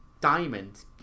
diamond